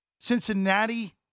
Cincinnati